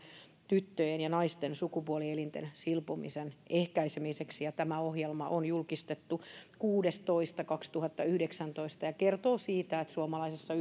tyttöjen ja naisten sukupuolielinten silpomisen ehkäisemiseksi tämä ohjelma on julkistettu kuudes toista kaksituhattayhdeksäntoista ja se kertoo siitä että suomalaisessa